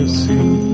see